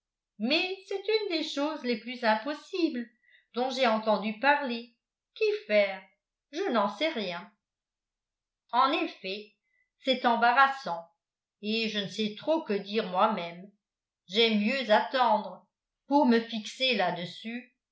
mais c'est une des choses les plus impossibles dont j'aie entendu parler qu'y faire je n'en sais rien en effet c'est embarrassant et je ne sais trop que dire moi-même j'aime mieux attendre pour me fixer là-dessus